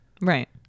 Right